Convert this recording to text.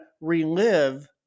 relive